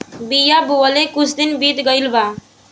बिया बोवले कुछ दिन बीत गइल बा